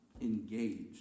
engaged